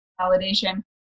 validation